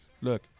Look